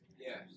Yes